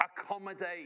accommodate